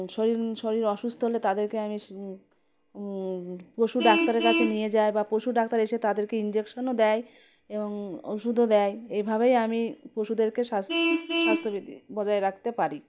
শরীর শরীর অসুস্থ হলে তাদেরকে আমি পশু ডাক্তারের কাছে নিয়ে যাই বা পশু ডাক্তার এসে তাদেরকে ইঞ্জেকশানও দেয় এবং ওষুধও দেয় এভাবেই আমি পশুদেরকে স্বাস্থ স্বাস্থ্যবিধি বজায় রাখতে পারি